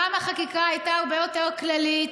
פעם החקיקה הייתה הרבה יותר כללית,